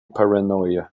paranoia